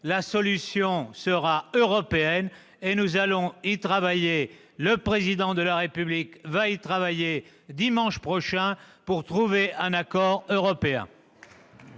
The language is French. la solution sera européenne. Nous allons y travailler. Le Président de la République y oeuvrera dimanche prochain, afin de trouver un accord européen